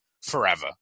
forever